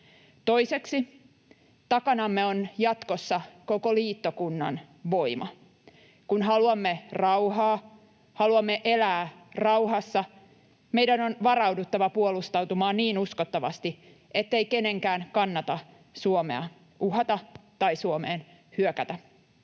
Toiseksi, takanamme on jatkossa koko liittokunnan voima. Kun haluamme rauhaa, haluamme elää rauhassa, meidän on varauduttava puolustautumaan niin uskottavasti, ettei kenenkään kannata Suomea uhata tai Suomeen hyökätä.